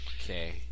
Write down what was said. Okay